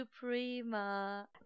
suprema